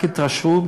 רק התעשרו.